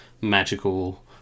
magical